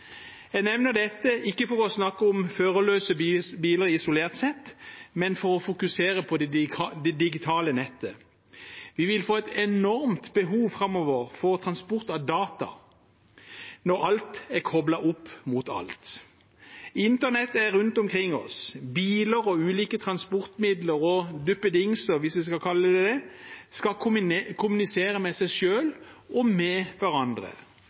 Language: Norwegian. Jeg nevner ikke dette for å snakke om førerløse biler isolert sett, men for å fokusere på det digitale nettet. Vi vil få et enormt behov framover for transport av data når alt er koblet opp mot alt. Internett er rundt omkring oss. Biler og ulike transportmidler og duppedingser, hvis vi skal kalle det det, skal kommunisere med seg selv og med hverandre.